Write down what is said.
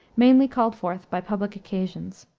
mainly called forth by public occasions.